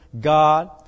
God